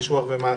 איש רוח ומעשה,